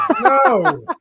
no